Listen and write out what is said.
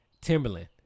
Timberland